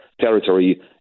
territory